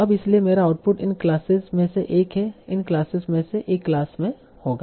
अब इसलिए मेरा आउटपुट इन क्लासेज में से एक है इन क्लासेज में से एक क्लास में होगा